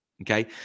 Okay